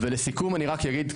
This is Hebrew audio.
ולסיכום אני רק יגיד,